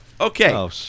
okay